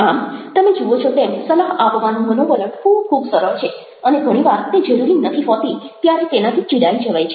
આમ તમે જુઓ છો તેમ સલાહ આપવાનું મનોવલણ ખૂબ ખૂબ સરળ છે અને ઘણી વાર તે જરૂરી નથી હોતી ત્યારે તેનાથી ચીડાઈ જવાય છે